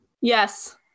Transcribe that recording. Yes